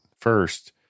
First